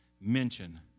mention